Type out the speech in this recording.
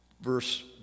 verse